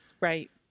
Right